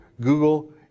Google